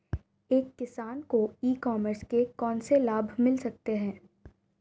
एक किसान को ई कॉमर्स के कौनसे लाभ मिल सकते हैं?